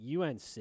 UNC